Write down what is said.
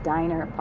Diner